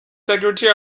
secretary